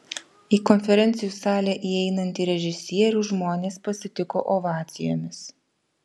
į konferencijų salę įeinantį režisierių žmonės pasitiko ovacijomis